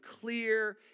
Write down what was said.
clear